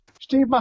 Steve